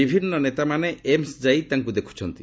ବିଭିନ୍ନ ନେତାମାଣେନ ଏମ୍ସ୍ ଯାଇ ତାଙ୍କୁ ଦେଖୁଛନ୍ତି